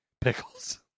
Pickles